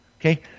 Okay